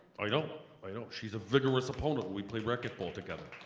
i you know i know she's a vigorous opponent we played racquetball together.